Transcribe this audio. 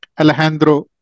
Alejandro